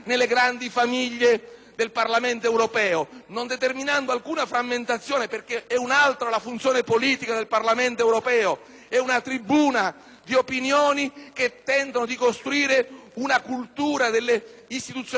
non determinando alcuna frammentazione. È un'altra, infatti, la funzione politica del Parlamento europeo: è una tribuna di opinioni che tentano di costruire una cultura istituzionale europea e non è un'assemblea